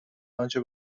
آنچه